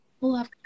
Love